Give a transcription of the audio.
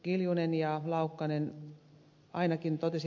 kiljunen ja ed